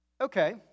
Okay